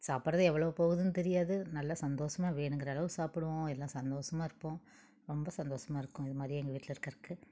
சாப்பிட்றது எவ்வளோவு போகுதுன்னு தெரியாது நல்ல சந்தோசமாகா வேணுங்கிற அளவு சாப்பிடுவோம் எல்லாம் சந்தோஷசமாக இருப்போம் ரொம்ப சந்தோசமாக இருக்கும் இதுமாதிரி எங்கள் வீட்டில இருக்கிறக்கு